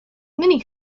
many